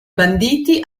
banditi